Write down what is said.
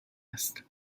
است